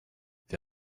wir